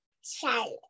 Charlotte